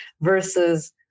versus